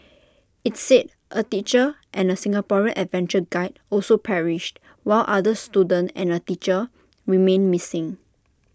IT said A teacher and A Singaporean adventure guide also perished while another student and A teacher remain missing